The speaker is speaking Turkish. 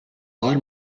var